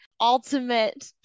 ultimate